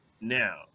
Now